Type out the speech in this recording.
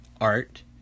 art